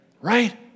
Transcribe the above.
Right